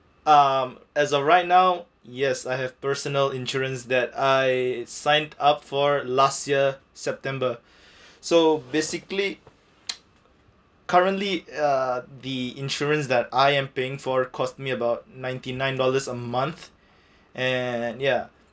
um as of right now yes I have personal insurance that I signed up for last year september so basically currently uh the insurance that I am paying for cost me about ninety nine dollars a month and ya